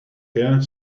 hair